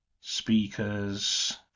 Speakers